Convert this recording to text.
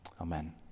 Amen